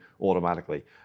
automatically